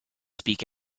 speak